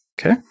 Okay